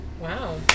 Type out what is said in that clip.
Wow